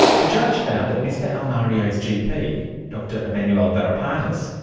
the judge found that mr almario's gp, dr emmanuel varipatis,